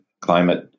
climate